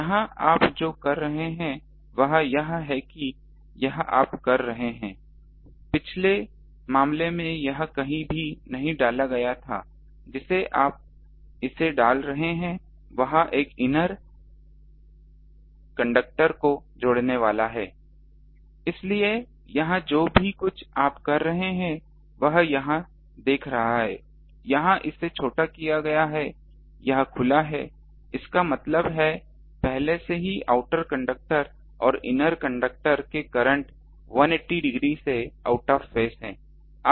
यहां आप जो कर रहे हैं वह यह है कि यह आप कर रहे हैं पिछले मामले में यह कहीं भी नहीं डाला गया था जिसे आप इसे डाल रहे हैं वह एक या इनर कंडक्टर को जोड़ने वाला है इसलिए यहां जो कुछ भी आप कर रहे हैं वह यहां देख रहा है यहां इसे छोटा किया गया है यह खुला है इसका मतलब है पहले से ही आउटर कंडक्टर और ईनर कंडक्टर के करंट 180 डिग्री से आउट ऑफ फेस हैं